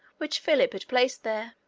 which philip had placed there.